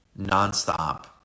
nonstop